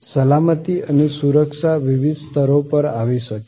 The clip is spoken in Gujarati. સલામતી અને સુરક્ષા વિવિધ સ્તરો પર આવી શકે છે